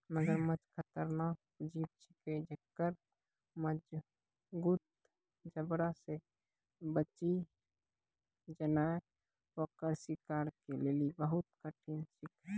मगरमच्छ खतरनाक जीव छिकै जेक्कर मजगूत जबड़ा से बची जेनाय ओकर शिकार के लेली बहुत कठिन छिकै